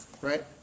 Right